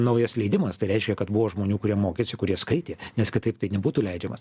naujas leidimas tai reiškia kad buvo žmonių kurie mokėsi kurie skaitė nes kitaip tai nebūtų leidžiamas